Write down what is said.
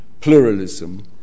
pluralism